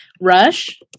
Rush